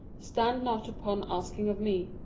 stand not upon asking of me.